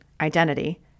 identity